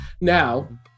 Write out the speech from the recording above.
Now